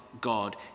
God